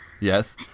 Yes